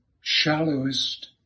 shallowest